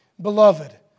Beloved